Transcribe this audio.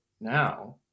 now